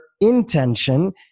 intention